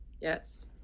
Yes